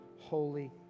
holy